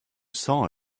saw